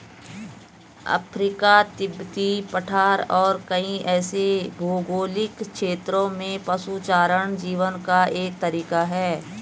Africa, तिब्बती पठार और कई ऐसे भौगोलिक क्षेत्रों में पशुचारण जीवन का एक तरीका है